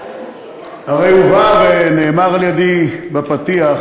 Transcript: הרי הובא ונאמר על-ידי בפתיח